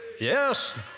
Yes